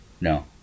No